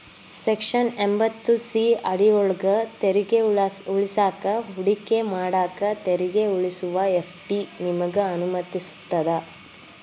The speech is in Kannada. ಸೆಕ್ಷನ್ ಎಂಭತ್ತು ಸಿ ಅಡಿಯೊಳ್ಗ ತೆರಿಗೆ ಉಳಿಸಾಕ ಹೂಡಿಕೆ ಮಾಡಾಕ ತೆರಿಗೆ ಉಳಿಸುವ ಎಫ್.ಡಿ ನಿಮಗೆ ಅನುಮತಿಸ್ತದ